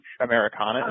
Americana